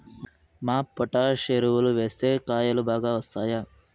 MOP potash ఎరువులు వేస్తే కాయలు బాగా వస్తాయా?